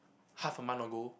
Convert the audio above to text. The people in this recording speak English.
half a month ago